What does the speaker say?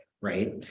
right